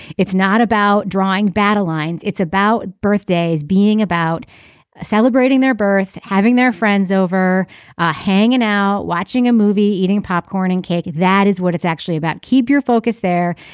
it's not about drawing battle lines. it's about birthdays being about celebrating their birth having their friends over ah hanging out watching a movie eating popcorn and cake. that is what it's actually about keep your focus there.